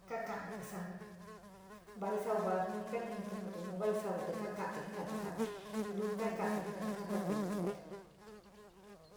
Kaka tisaun, vai sou va sou nii kajiniii jenouatt yua vai sou te kakati jenouatta lou kakatí jena´atí kantatu´utí jena´alí.